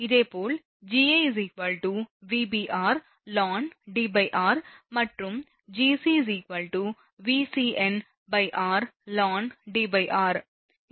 இதேபோல் Gb Vbr ln Dr மற்றும் Gc Vcnr ln Dr